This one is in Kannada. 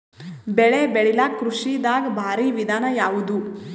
ಬೆಳೆ ಬೆಳಿಲಾಕ ಕೃಷಿ ದಾಗ ಭಾರಿ ವಿಧಾನ ಯಾವುದು?